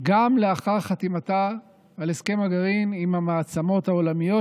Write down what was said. גם לאחר חתימתה על הסכם הגרעין עם המעצמות העולמיות,